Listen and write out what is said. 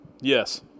Yes